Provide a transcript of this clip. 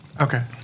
Okay